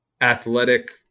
athletic